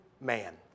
man